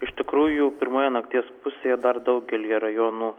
iš tikrųjų pirmoje nakties pusėje dar daugelyje rajonų